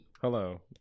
Hello